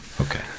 Okay